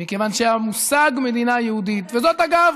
מכיוון שהמושג מדינה יהודית, וזאת, אגב,